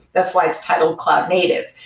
that's why it's titled cloud native,